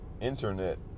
internet